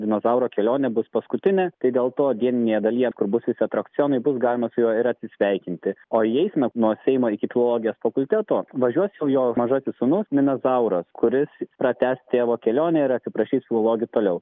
dinozauro kelionė bus paskutinė tai dėl to dieninėje dalyje kur bus visi atrakcionai bus galima su juo ir atsisveikinti o į eiseną nuo seimo iki filologijos fakulteto važiuos jau jo mažasis sūnus minazauras kuris pratęs tėvo kelionę ir atsiprašys filologių toliau